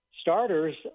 starters